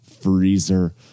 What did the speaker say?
freezer